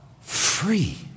free